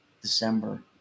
December